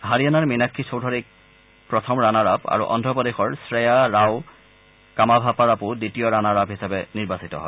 হাৰিয়ানাৰ মীনাক্ষি চৌধাৰীক প্ৰথম ৰানাৰ আপ আৰু অন্ধ্ৰপ্ৰদেশৰ শ্ৰেয়া ৰাও কামাভাপাৰাপু দ্বিতীয় ৰানাৰ আপ হিচাপে নিৰ্বাচিত হয়